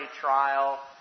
trial